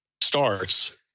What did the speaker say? starts